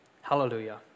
Hallelujah